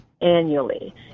annually